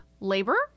labor